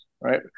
Right